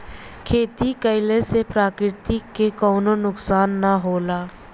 खेती कइले से प्रकृति के कउनो नुकसान ना होला